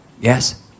Yes